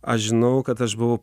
aš žinau kad aš buvau